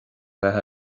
bheith